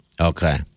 Okay